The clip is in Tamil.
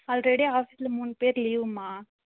ஆல்ரெடி ஆஃபீஸ்சில் மூணு பேர் லீவும்மா